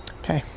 okay